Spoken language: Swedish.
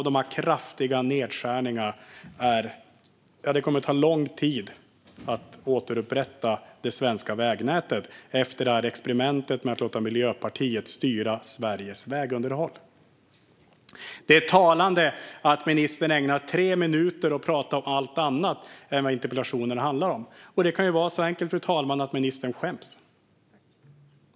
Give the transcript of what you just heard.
Det kommer att ta lång tid att återupprätta det svenska vägnätet efter experimentet med att låta Miljöpartiet styra Sveriges vägunderhåll. Det är talande att ministern ägnar tre minuter åt att prata om allt annat än det som interpellationen handlar om. Det kan ju vara så enkelt att ministern skäms, fru talman.